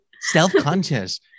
self-conscious